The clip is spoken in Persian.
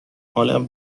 حالم